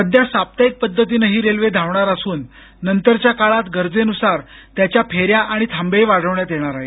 सध्या साप्ताहिक पद्धतीनं ही रेल्वे धावणार असून नंतरच्या काळात गरजेनुसार त्याच्या फेन्या आणि थांबेही वाढवण्यात येणार आहेत